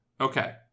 Okay